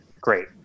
great